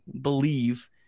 believe